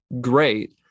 great